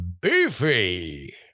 Beefy